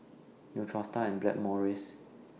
Neostrata and Blackmores